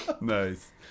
Nice